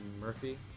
Murphy